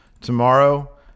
Tomorrow